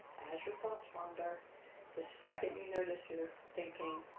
as your thoughts wander the second you notice your thinking,